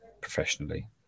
professionally